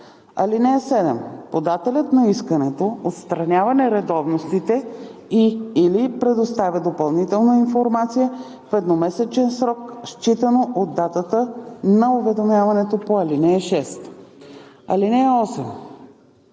(7) Подателят на искането отстранява нередовностите и/или предоставя допълнителна информация в едномесечен срок считано от датата на уведомяването по ал. 6. (8)